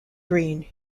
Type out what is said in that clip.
green